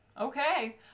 Okay